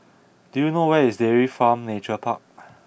do you know where is Dairy Farm Nature Park